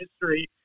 history